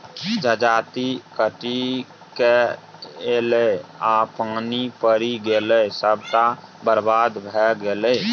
जजाति कटिकए ऐलै आ पानि पड़ि गेलै सभटा बरबाद भए गेलै